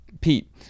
Pete